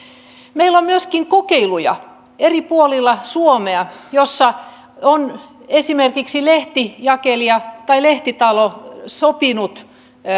meillä on myöskin kokeiluja eri puolilla suomea joissa on esimerkiksi lehtijakelija tai lehtitalo sopinut